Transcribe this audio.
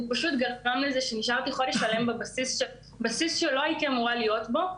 הוא פשוט גרם לזה שנשארתי חודש שלם בבסיס שלא הייתי אמורה להיות בו,